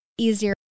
easier